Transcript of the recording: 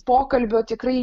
pokalbio tikrai